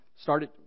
started